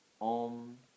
OM